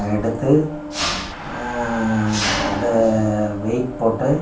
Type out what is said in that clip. எடுத்து அதை வெயிட் போட்டு